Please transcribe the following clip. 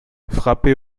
frappé